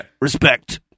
respect